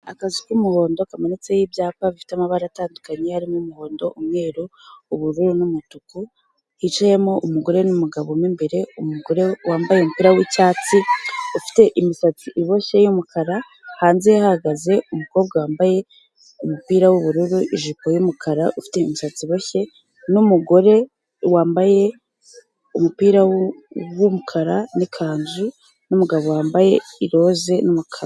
Akazu k'umuhondo kamanitseho ibyapa bifite amabara atandukanye, harimo umuhondo, umweru, ubururu n'umutuku, hicayemo umugore n'umugabo mo imbere, umugore wambaye umupira w'icyatsi ufite imisatsi iboshye y'umukara, hanze yahagaze umukobwa wambaye umupira w'ubururu, ijipo y'umukara ufite imisatsi iboshye n'umugore wambaye umupira w'umukara n'ikanzu, n'umugabo wambaye i rose n'umukara.